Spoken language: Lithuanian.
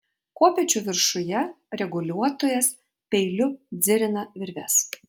kopėčių viršuje reguliuotojas peiliu dzirina virves